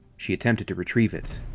she attempted to retrieve it.